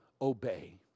obey